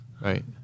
Right